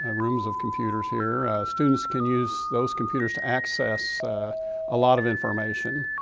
and rooms of computers here. students can use those computers to access a lot of information.